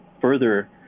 further